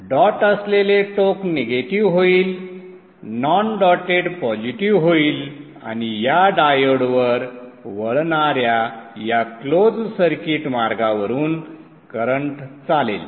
dot असलेले टोक negative होईल नॉन डॉटेड पॉझिटिव्ह होईल आणि या डायोडवर वळणा या या क्लोज सर्किट मार्गावरून करंट चालेल